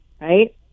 right